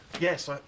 Yes